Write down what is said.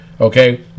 okay